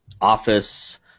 office